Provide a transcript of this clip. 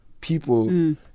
people